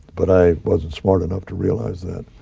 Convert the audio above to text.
but i wasn't smart enough to realize that.